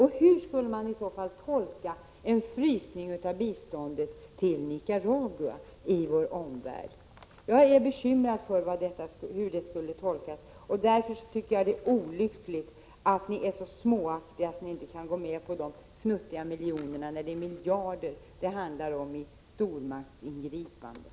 Hur skulle man i så fall tolka en frysning av biståndet till Nicaragua i vår omvärld? Jag är bekymrad för hur det skulle tolkas, och därför tycker jag att det är olyckligt att ni är så småaktiga att ni inte kan gå med på de här futtiga miljonerna, när det handlar om miljarder i stormaktsingripanden.